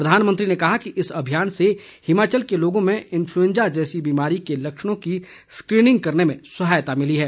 प्रधानमंत्री ने कहा कि इस अभियान से हिमाचल के लोगों में इन्फ्लुएंजा जैसी बीमारी के लक्षणों की स्क्रीनिंग करने में सहायता मिली है